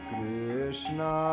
Krishna